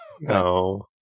no